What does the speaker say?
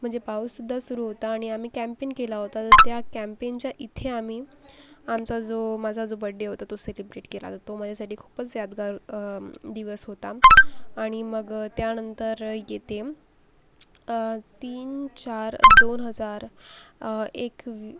म्हणजे पाऊससुद्धा सुरु होता आणि आम्ही कॅम्पेन केला होता आणि त्या कॅम्पेनच्या इथे आम्ही आमचा जो माझा जो बड्डे होता तो सेलिब्रेट केला होता माझ्यासाठी खूपच यादगार दिवस होता आणि मग त्यानंतर येते तीन चार दोन हजार एक वी